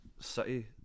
city